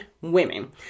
women